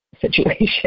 Situation